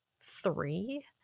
three